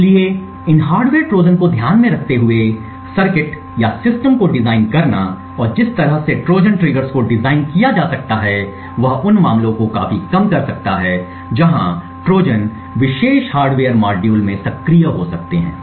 इसलिए इन hardware Trojan को ध्यान में रखते हुए सर्किट या सिस्टम को डिजाइन करना और जिस तरह से ट्रोजन ट्रिगर्स को डिजाइन किया जा सकता है वह उन मामलों को काफी कम कर सकता है जहां ट्रोजन विशेष हार्डवेयर मॉड्यूल में सक्रिय हो सकते हैं